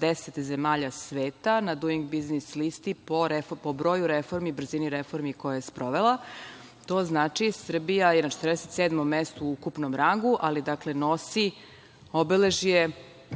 deset zemalja sveta na duing biznis listi po broju reformi, brzini reformi koje je sprovela. To znači – Srbija je na 47. mestu u ukupnom rangu, ali nosi obeležje